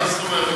מה זאת אומרת?